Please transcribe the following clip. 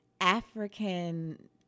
African